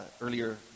earlier